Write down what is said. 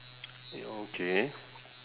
okay